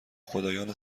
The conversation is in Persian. خدایان